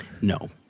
No